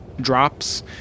drops